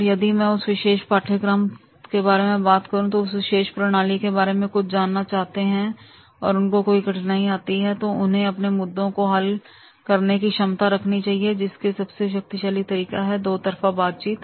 और यदि मैं उस विशेष पाठ्यक्रम थे बारे में या उस विशेष प्रणाली के बारे में कुछ जानना चाहते हैं और उनको कोई कठिनाई आती है तो उन्हें अपने मुद्दों को हल करने की क्षमता रखनी होगी जिसके लिए सबसे शक्तिशाली तरीका है दो तरफा बातचीत